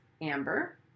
Amber